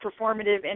performative